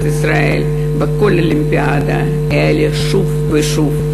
ישראל בכל אולימפיאדה יעלו שוב ושוב.